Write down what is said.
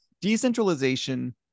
Decentralization